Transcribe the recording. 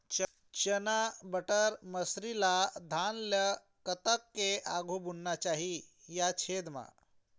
चना बटर मसरी ला धान ला कतक के आघु बुनना चाही या छेद मां?